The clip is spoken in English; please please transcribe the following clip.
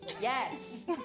Yes